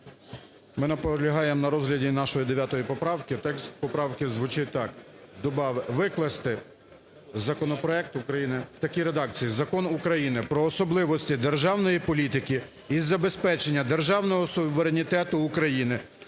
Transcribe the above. Ми наполягаємо на розгляді нашої дев'ятої поправки. Текст поправки звучить так: викласти законопроект України в такій редакції. "Закон України "Про особливості державної політики із забезпечення державного суверенітету України